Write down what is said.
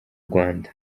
rwanda